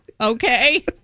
okay